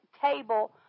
table